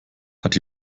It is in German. hat